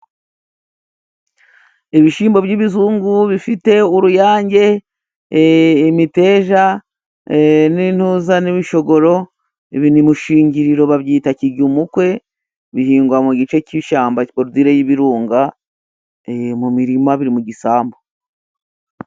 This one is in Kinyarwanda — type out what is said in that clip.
Ibishimbo by'ibizungu bifite uruyange, imiteja n'intuza n'ibishogoro, ibi mushingiriro babyita kijyumukwe bihingwa mu gice cy'ishamba, borodire y'ibirunga mu mirima, biri mu gisambu.